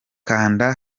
kanda